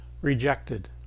rejected